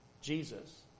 Jesus